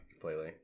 completely